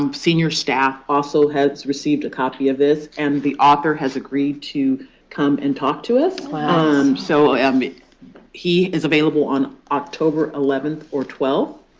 um senior staff also has received a copy of this. and the author has agreed to come and talk to us. so ah um he is available on october eleven or twelve.